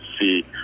see